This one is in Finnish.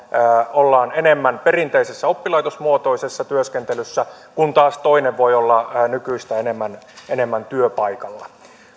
ollaan enemmän perinteisessä oppilaitosmuotoisessa työskentelyssä kun taas toinen voi olla nykyistä enemmän enemmän työpaikalla